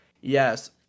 Yes